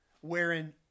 wherein